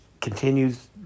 continues